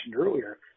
earlier